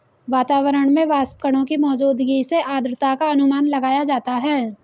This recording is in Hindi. वातावरण में वाष्पकणों की मौजूदगी से आद्रता का अनुमान लगाया जाता है